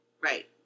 Right